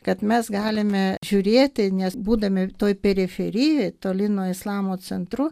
kad mes galime žiūrėti nes būdami toj periferijoj toli nuo islamo centrų